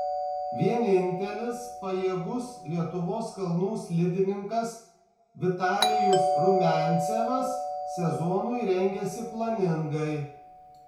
vienintelis pajėgus lietuvos kalnų slidininkas vitalijus rumiancevas sezonui rengiasi planingai